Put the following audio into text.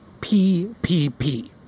PPP